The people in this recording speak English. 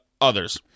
others